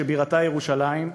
שבירתה ירושלים,